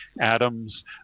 Atoms